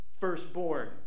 firstborn